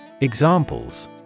Examples